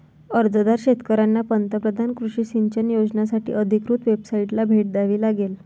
अर्जदार शेतकऱ्यांना पंतप्रधान कृषी सिंचन योजनासाठी अधिकृत वेबसाइटला भेट द्यावी लागेल